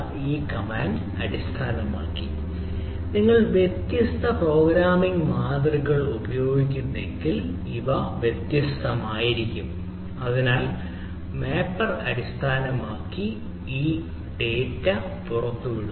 ഈ കമാൻഡ്അടിസ്ഥാനമാക്കി നിങ്ങൾ വ്യത്യസ്ത പ്രോഗ്രാമിംഗ് മാതൃകകൾ ഉപയോഗിക്കുകയാണെങ്കിൽ ഇത് വ്യത്യസ്തമായിരിക്കും അതിനാൽ മാപ്പർ അടിസ്ഥാനപരമായി ഈ ഡാറ്റ പുറത്തുവിടുന്നു